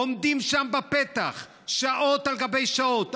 עומדים שם בפתח שעות על גבי שעות,